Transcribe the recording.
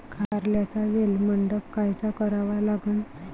कारल्याचा वेल मंडप कायचा करावा लागन?